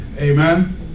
Amen